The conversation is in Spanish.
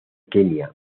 kenia